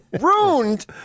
Ruined